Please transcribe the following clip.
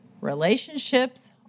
relationships